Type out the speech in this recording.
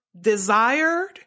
desired